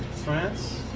france.